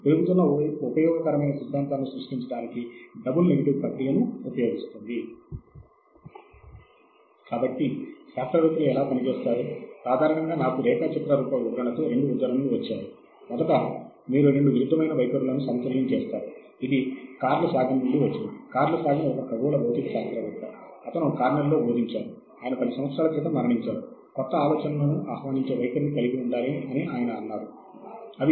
ఆపై ప్రస్తుత సందర్భంలో ప్రజలు విలువైనదిగా భావిస్తూ ఉండే అంశముపై చాలా తరచుగా మనము అధ్యయనం చేస్తూ ఉంటాము లేదా మన తోటివారు భావిస్తూ ఆ అధ్యయనాన్ని కొనసాగిస్తూ ఉంటారు